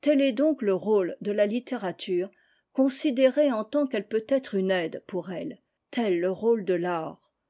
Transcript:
tel est donc le rôle de la littérature considérée en tant qu'elle peut être une aide pour elle tel le rôle de l'art